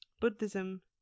Buddhism